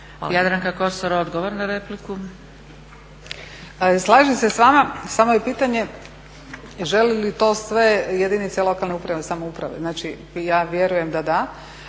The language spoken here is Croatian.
Jadranka (Nezavisni)** Slažem se s vama samo je pitanje žele li to sve jedinice lokalne upravo, samouprave. Znači ja vjerujem da da,